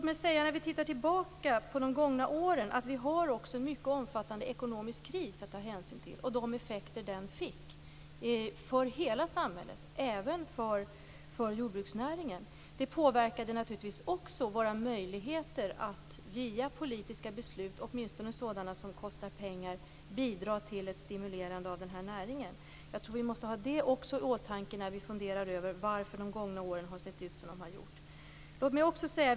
Vid en återblick på de gångna åren framgår det att vi har en omfattande ekonomisk kris att ta hänsyn till. De effekter som den fick för hela samhället, även för jordbruksnäringen, påverkade naturligtvis också våra möjligheter att via politiska beslut, åtminstone sådana som kostar pengar, bidra till att näringen stimuleras. Jag tror att vi måste ha också det i åtanke när vi funderar över varför de gångna åren har sett ut som de gjort.